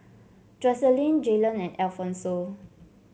Jocelyn Jalen and Alphonso